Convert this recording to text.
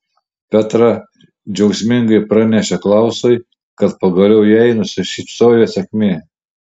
petra džiaugsmingai pranešė klausui kad pagaliau jai nusišypsojo sėkmė